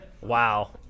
wow